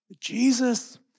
Jesus